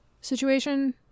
situation